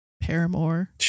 Paramore